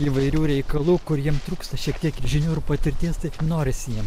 įvairių reikalų kur jiem trūksta šiek tiek žinių ir patirties tai norisi jiem